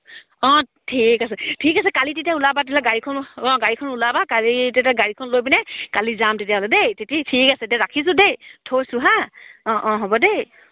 অঁ ঠিক আছে ঠিক আছে কালি তেতিয়া ওলাবা তেতিয়াহ'লে গাড়ীখন অঁ গাড়ীখন ওলাবা কালি তেতিয়া গাড়ীখন লৈ পিনে কালি যাম তেতিয়াহ'লে দেই তেতিয়া ঠিক আছে দেই ৰাখিছোঁ দেই থৈছোঁ হা অঁ অঁ হ'ব দেই